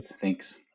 Thanks